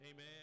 Amen